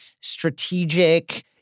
strategic